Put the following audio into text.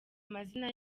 amazina